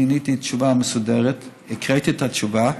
אני עניתי תשובה מסודרת, הקראתי את התשובה,